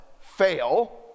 fail